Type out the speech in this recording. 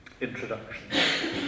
introduction